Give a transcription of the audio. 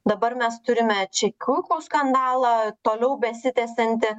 dabar mes turime čekiukų skandalą toliau besitęsiantį